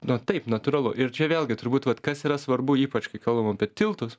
nu taip natūralu ir čia vėlgi turbūt vat kas yra svarbu ypač kai kalbam apie tiltus